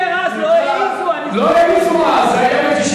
הוא דיבר אז, לא העזו, לא העזו אז, זה היה ב-1996.